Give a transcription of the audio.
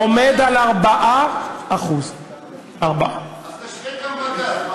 עומד על 4%. 4%. תשווה גם בגז.